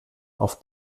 auf